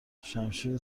شمشیر